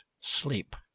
sleep